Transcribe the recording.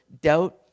doubt